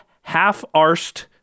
Half-Arsed